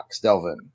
Delvin